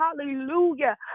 Hallelujah